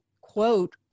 quote